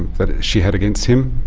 that she had against him.